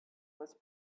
was